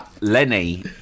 Lenny